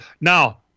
Now